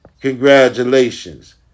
congratulations